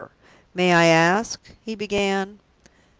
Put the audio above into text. may i ask? he began.